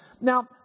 Now